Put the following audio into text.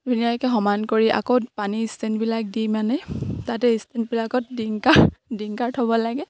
ধুনীয়াকে সমান কৰি আকৌ পানী ষ্টেণ্ডবিলাক দি মানে তাতে ষ্টেণ্ডবিলাকত ডিংকাৰ ডিংকাৰ থ'ব লাগে